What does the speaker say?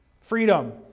Freedom